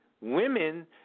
women